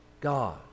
God